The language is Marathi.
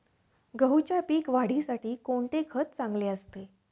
गहूच्या पीक वाढीसाठी कोणते खत चांगले असते?